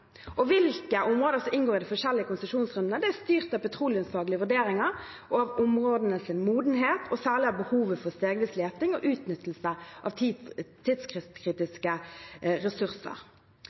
Hvilke områder som inngår i de forskjellige konsesjonsrundene, er styrt av petroleumsfaglige vurderinger og av områdenes modenhet og særlig av behovet for stegvis leting og utnyttelse av tidskritiske ressurser.